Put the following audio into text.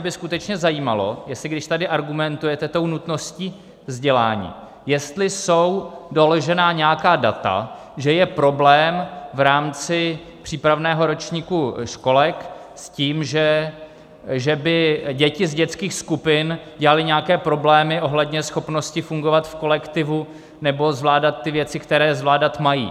Mě by skutečně zajímalo, jestli když tady argumentujete nutností vzdělání, jestli jsou doložena nějaká data, že je problém v rámci přípravného ročníku školek s tím, že by děti z dětských skupin dělaly nějaké problémy ohledně schopnosti fungovat v kolektivu nebo zvládat ty věci, které zvládat mají.